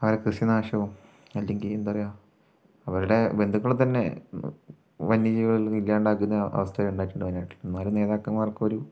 അവരെ കൃഷി നാശവും അല്ലെങ്കിൽ എന്താ പറയുക അവരുടെ ബന്ധുക്കളെത്തന്നെ വന്യ ജീവികൾ ഇല്ലാണ്ടാക്കുന്ന അവസ്ഥ ഉണ്ടായിട്ടുണ്ട് വയനാട്ടിൽ എന്നാലും നേതാക്കന്മാർക്കൊരു